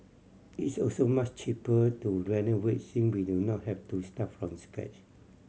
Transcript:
it's also much cheaper to renovate since we do not have to start from scratch